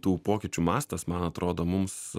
tų pokyčių mastas man atrodo mums